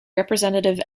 representative